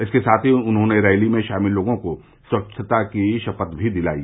इसके साथ ही उन्होंने रैली में शामिल लोगों को स्वच्छता की शपथ भी दिलायी